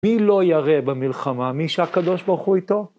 מי לא ירא במלחמה? מי שהקב"ה איתו.